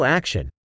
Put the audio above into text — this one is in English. action